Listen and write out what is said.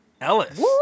Ellis